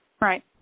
Right